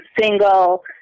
Single